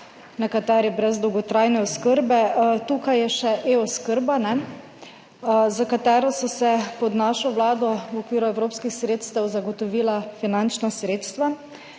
nekateri brez dolgotrajne oskrbe, tukaj je še e-oskrba ne, za katero so se pod našo vlado v okviru evropskih sredstev zagotovila finančna sredstva